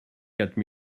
quatre